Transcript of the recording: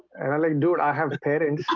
and i'm like dude i have parents